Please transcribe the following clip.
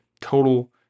total